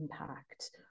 impact